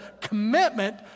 commitment